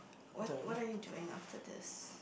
what what are you doing after this